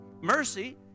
Mercy